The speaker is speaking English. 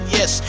Yes